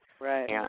right